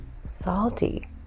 salty